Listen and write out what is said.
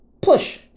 push